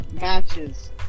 matches